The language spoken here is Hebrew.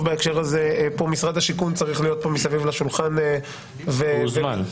משרד השיכון צריך להיות מסביב לשולחן --- הוא הוזמן.